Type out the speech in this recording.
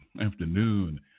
afternoon